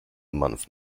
month